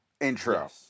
intro